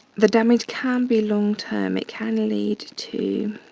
the damage can be long term. it can lead to